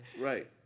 Right